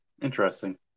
Interesting